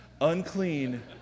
unclean